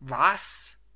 was